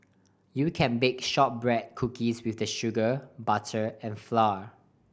you can bake shortbread cookies with the sugar butter and flour